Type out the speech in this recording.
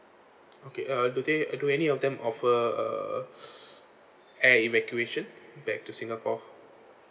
okay uh do they do any of them offer uh air evacuation back to singapore